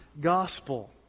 gospel